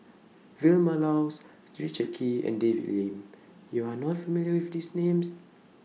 Vilma Laus Richard Kee and David Lim YOU Are not familiar with These Names